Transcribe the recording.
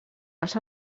els